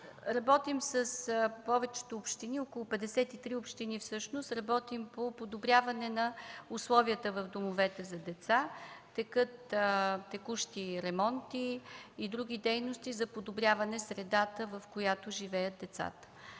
Работим с повечето общини – 53 общини са всъщност, по подобряване условията в домовете за деца. Текат текущи ремонти и други дейности за подобряване средата, в която живеят децата.